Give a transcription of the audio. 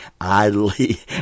idly